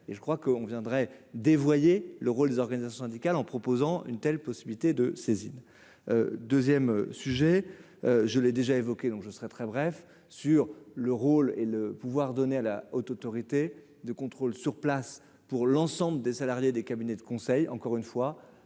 et je crois qu'on viendrait dévoyé le rôle des organisations syndicales, en proposant une telle possibilité de saisine 2ème sujet : je l'ai déjà évoqué donc je serai très bref sur le rôle et le pouvoir donné à la Haute autorité de contrôle sur place pour l'ensemble des salariés, des cabinets de conseil encore une fois,